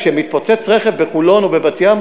כשמתפוצץ רכב בחולון או בבת-ים,